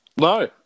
No